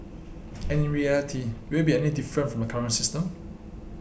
and in reality will it be any different from the current system